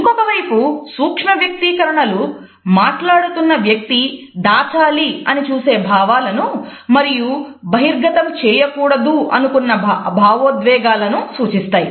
ఇంకొకవైపు సూక్ష్మ వ్యక్తీకరణలు మాట్లాడుతున్న వ్యక్తి దాచాలి అని చూసే భావాలను మరియు బహిర్గతం చేయకూడదనుకున్న భావోద్వేగాలను సూచిస్తాయి